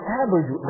average